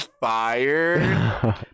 fired